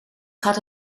gaat